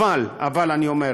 אבל אני אומר,